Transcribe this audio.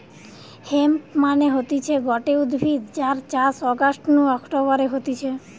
hemp মানে হতিছে গটে উদ্ভিদ যার চাষ অগাস্ট নু অক্টোবরে হতিছে